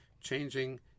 changing